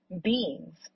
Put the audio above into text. beings